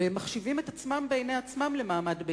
והם מחשיבים את עצמם בעיני עצמם למעמד ביניים,